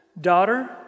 Daughter